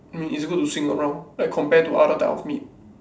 mm it's good to swing around like compared to other type of meat